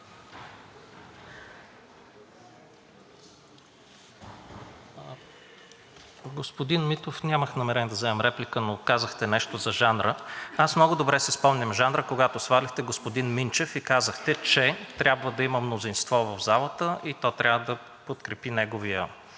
Господин Митов, нямах намерение да вземам реплика, но казахте нещо за жанра. Аз много добре си спомням жанра, когато сваляхте господин Минчев и казахте, че трябва да има мнозинство в залата и то трябва да подкрепи неговия